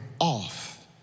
off